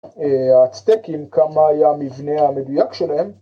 ‫הצדקים, כמה היה מבנה המדויק שלהם.